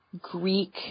greek